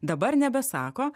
dabar nebesako